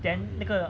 then 那个